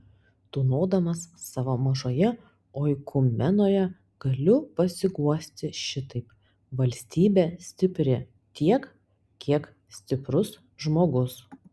tūnodamas savo mažoje oikumenoje galiu pasiguosti šitaip valstybė stipri tiek kiek stiprus žmogus